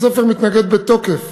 בית-הספר מתנגד בתוקף